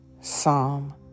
Psalm